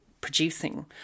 producing